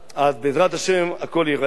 אז בעזרת השם הכול ייראה אחרת.